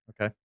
okay